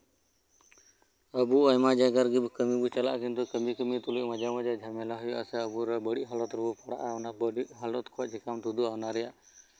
ᱟᱵᱚ ᱟᱭᱢᱟ ᱡᱟᱭᱜᱟ ᱨᱮᱜᱮ ᱠᱟᱹᱢᱤ ᱵᱚ ᱪᱟᱞᱟᱜᱼᱟ ᱠᱤᱱᱛᱩ ᱠᱟᱹᱢᱤᱼᱠᱟᱹᱢᱤ ᱛᱩᱞᱩᱡ ᱡᱟᱦᱟᱸ ᱡᱷᱟᱢᱮᱞᱟ ᱦᱩᱭᱩᱜᱼᱟ ᱥᱮ ᱟᱵᱚ ᱟᱹᱰᱤ ᱵᱟᱹᱲᱤᱡ ᱦᱟᱞᱚᱛ ᱨᱮᱵᱚ ᱯᱟᱲᱟᱜᱼᱟ ᱚᱱᱟ ᱵᱟᱹᱲᱤᱡ ᱦᱟᱞᱚᱛ ᱠᱷᱚᱱᱟᱜ ᱪᱤᱠᱟᱹᱵᱚ ᱛᱩᱫᱩᱜᱼᱟ ᱚᱱᱟ ᱨᱮᱭᱟᱜ